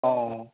অঁ